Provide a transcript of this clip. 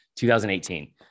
2018